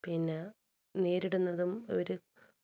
പിന്നെ നേരിടുന്നതും ഒര്